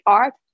art